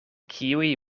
kiuj